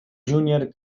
junior